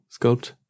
sculpt